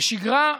בשגרה,